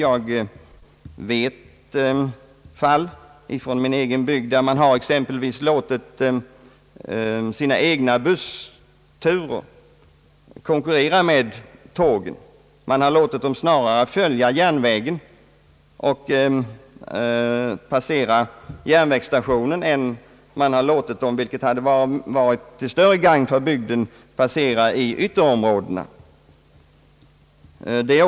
Jag känner till fall från min egen bygd där man har exempelvis låtit sina egna bussturer konkurrera med tågen. Man har låtit busslinjerna snarare följa järnvägen och passera järnvägsstationen än man har låtit dem — vilket hade varit till större gagn för bygden — passera genom ytterområdena.